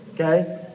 Okay